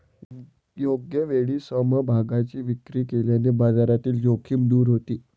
योग्य वेळी समभागांची विक्री केल्याने बाजारातील जोखीम दूर होते